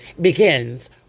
begins